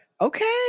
okay